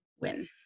win